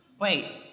Wait